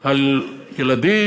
על ילדים.